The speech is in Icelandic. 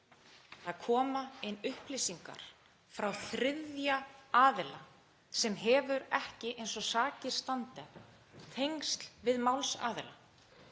Það koma inn upplýsingar frá þriðja aðila sem hefur ekki eins og sakir standa tengsl við málsaðila.